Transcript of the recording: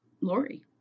Lori